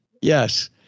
Yes